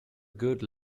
good